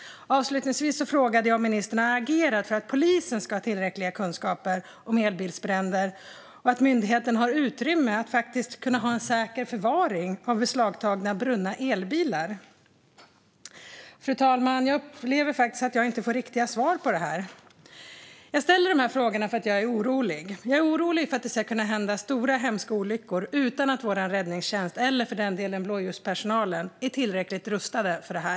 Avslutningsvis frågade jag om ministern har agerat för att polisen ska ha tillräckliga kunskaper om elbilsbränder och att myndigheten har utrymme att faktiskt kunna ha en säker förvaring av beslagtagna brunna elbilar. Fru talman! Jag upplever faktiskt att jag inte får riktiga svar på detta. Jag ställer dessa frågor för att jag är orolig. Jag är orolig för att det ska hända stora, hemska olyckor utan att vår räddningstjänst eller för den delen blåljuspersonalen är tillräckligt rustade för detta.